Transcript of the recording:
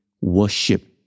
worship